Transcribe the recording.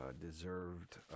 deserved